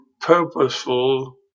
purposeful